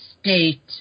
state